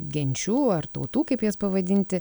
genčių ar tautų kaip jas pavadinti